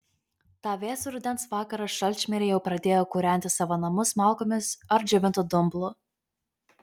tą vėsų rudens vakarą šalčmiriai jau pradėjo kūrenti savo namus malkomis ar džiovintu dumblu